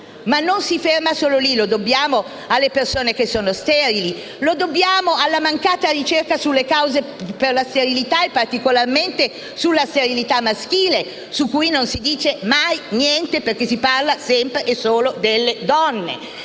ma non si ferma lì; lo dobbiamo alle persone sterili, alla mancata ricerca sulle cause della sterilità e particolarmente di quella maschile, su cui non si dice mai niente perché si parla sempre e solo delle donne.